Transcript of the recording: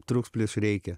trūks plyš reikia